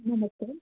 ନମସ୍କାର